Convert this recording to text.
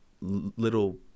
little